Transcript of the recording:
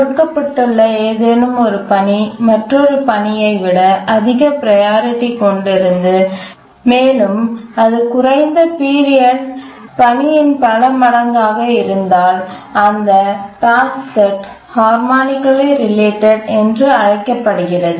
கொடுக்கப்பட்ட ஏதேனும் ஒரு பணி மற்றொரு பணியை விட அதிக பீரியட் கொண்டு இருந்து மேலும் அது குறைந்த பீரியட் பணியின் பல மடங்காக இருந்தால் அந்த டாஸ்க்செட் ஹார்மாநிகலி ரிலேட்டட் என்று அழைக்கப்படுகிறது